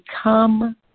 become